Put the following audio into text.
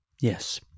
Yes